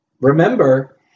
remember